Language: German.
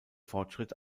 fortschritt